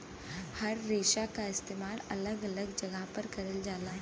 हर रेसा क इस्तेमाल अलग अलग जगह पर करल जाला